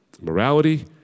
morality